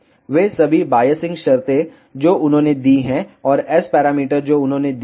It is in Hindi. वे सभी बायसिंग शर्तें जो उन्होंने दी हैं और S पैरामीटर जो उन्होंने दिए हैं